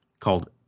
called